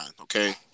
okay